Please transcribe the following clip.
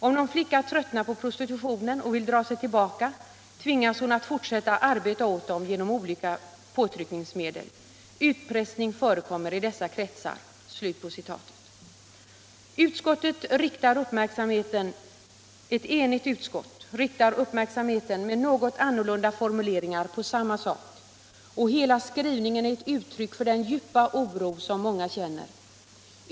Om någon flicka tröttnar på prostitutionen och vill dra sig tillbaka tvingas hon att fortsätta arbeta åt dem genom olika påtryckningsmedel. Utpressning förekommer i dessa kret Sar. ” Ftt enigt utskott riktar uppmärksamheten. med något annorlunda formuleringar, på samma sak, och hela skrivningen är ett uttryck för den djupa oro som många känner.